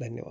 धन्यवाद